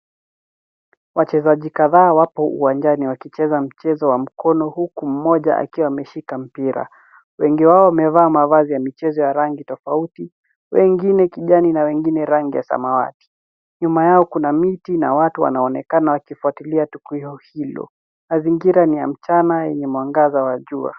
Wachezaji kadhaa wapo uwanjani wakicheza mchezo wa mkono uku mmoja akiwa ameshika mpira. Wengi wao wamevaa mavazi ya michezo ya rangi tofauti, wengine kijani na wengine rangi ya samawati. Nyuma yao kuna miti na watu wanaonekana wakifuatilia tukio hilo. Mazingira ni ya mchana yenye mwangaza wa jua.